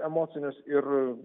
emocinius ir